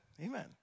Amen